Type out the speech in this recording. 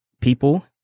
people